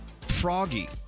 Froggy